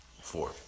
four